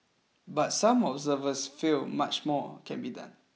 but some observers feel much more can be done